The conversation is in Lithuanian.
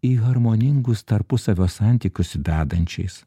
į harmoningus tarpusavio santykius vedančiais